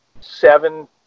seven